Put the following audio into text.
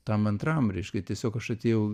tam antram reiškia tiesiog aš atėjau